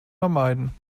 vermeiden